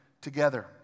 together